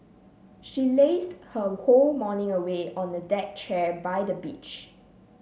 she lazed her whole morning away on a deck chair by the beach